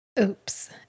Oops